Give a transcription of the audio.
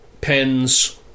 pens